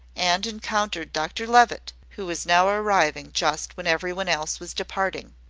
and encountered dr levitt, who was now arriving just when every one else was departing.